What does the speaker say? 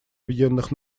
объединенных